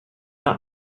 not